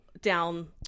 down